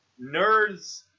nerds